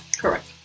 correct